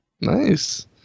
Nice